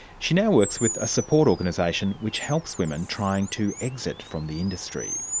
she now works with a support organisation which helps women trying to exit from the industry.